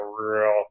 real